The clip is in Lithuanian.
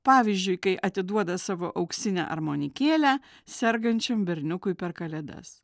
pavyzdžiui kai atiduoda savo auksinę armonikėlę sergančiam berniukui per kalėdas